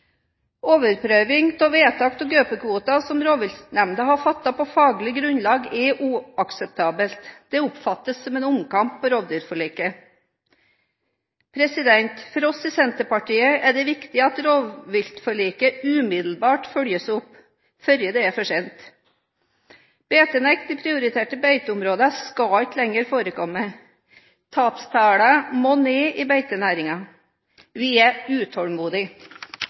Overprøving av vedtak om gaupekvoten, som rovviltnemnda har fattet på faglig grunnlag, er uakseptabelt. Det oppfattes som en omkamp om rovdyrforliket. For oss i Senterpartiet er det viktig at rovviltforliket umiddelbart følges opp før det er for sent. Beitenekt i prioriterte beiteområder skal ikke lenger forekomme. Tapstallene må ned i beitenæringen. Vi er utålmodige.